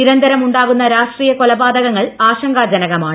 നിരന്തരം ഉണ്ടാകുന്ന രാഷ്ട്രീയ കൊലപാതകങ്ങൾ ആശങ്കാജനകമാണ്